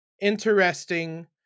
interesting